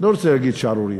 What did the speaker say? לא רוצה להגיד שערורייה,